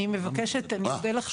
אני מבקשת ואודה לך,